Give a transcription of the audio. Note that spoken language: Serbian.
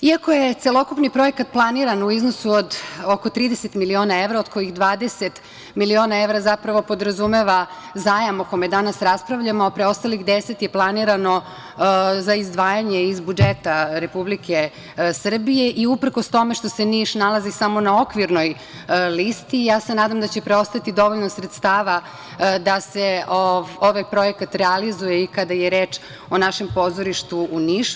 Iako je celokupni projekat planiran u iznosu od oko 30 miliona evra, od kojih 20 miliona evra zapravo podrazumeva zajam o kome danas raspravljamo, a preostalih 10 je planirano za izdvajanje iz budžeta Republike Srbije i uprkos tome što se Niš nalazi samo na okvirnoj listi, ja se nadam da će preostati dovoljno sredstava da se ovaj projekat realizuje i kada je reč o našem pozorištu u Nišu.